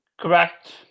Correct